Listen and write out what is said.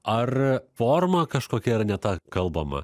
ar forma kažkokia ar ne ta kalbama